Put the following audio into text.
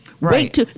right